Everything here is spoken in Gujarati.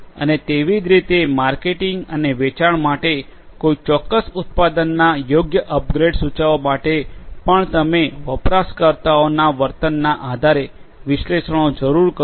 અને તેવી જ રીતે માર્કેટિંગ અને વેચાણ માટે કોઈ ચોક્કસ ઉત્પાદનના યોગ્ય અપગ્રેડ સૂચવવા માટે પણ તમે વપરાશકર્તાઓના વર્તનના આધારે વિશ્લેષણો જરૂર કરો છો